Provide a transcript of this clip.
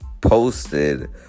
posted